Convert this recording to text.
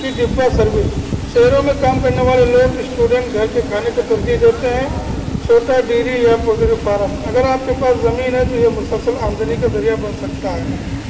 کی ڈبہ سروس شہروں میں کام کرنے والے لوگ اسٹوڈینٹ گھر کے کھانے کو ترجیح دیتے ہیں چھوٹا ڈیری یا پولٹری فارم اگر آپ کے پاس زمین ہے تو یہ مسلسل آمدنی کا ذریعہ بن سکتا ہے